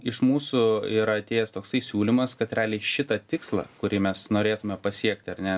iš mūsų yra atėjęs toksai siūlymas kad realiai šitą tikslą kurį mes norėtume pasiekti ar ne